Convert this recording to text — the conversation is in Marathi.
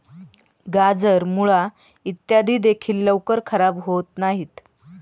गाजर, मुळा इत्यादी देखील लवकर खराब होत नाहीत